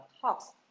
talks